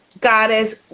Goddess